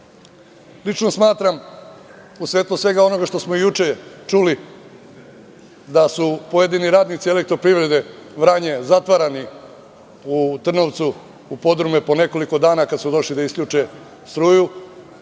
smatram, u svetlu svega onoga što smo juče čuli da su pojedini radnici „Elektroprivrede Vranje“ zatvarani u podrume po nekoliko dana kada su došli da isključe struju